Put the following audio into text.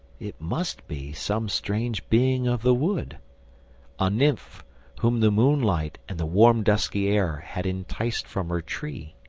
it must be some strange being of the wood a nymph whom the moonlight and the warm dusky air had enticed from her tree.